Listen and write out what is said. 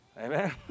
Amen